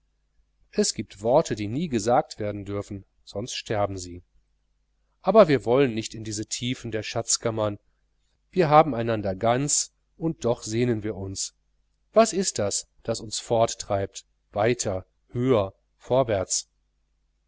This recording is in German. es gibt worte die nie gesagt werden dürfen sonst sterben sie aber wir wollen nicht in diese tiefen der schatzkammern wir haben einander ganz und doch sehnen wir uns was ist das das uns forttreibt weiter höher vorwärts